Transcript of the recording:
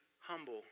humble